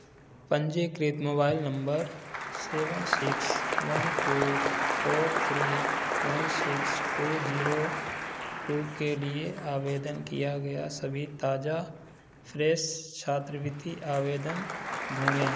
पंजीकृत mobile number seven six one two four three one six two zero two के लिए आवेदन किया गया सभी ताज़ा फ्रेस छात्रवृत्ति आवेदन ढूँढें